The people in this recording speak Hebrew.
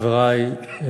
חברי,